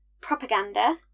propaganda